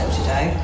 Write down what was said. today